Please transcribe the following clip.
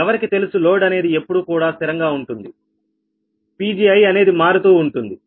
ఎవరికి తెలుసు లోడ్ అనేది ఎప్పుడూ కూడా స్థిరంగా ఉంటుంది Pgi అనేది మారుతూ ఉంటుంది